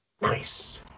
Nice